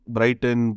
Brighton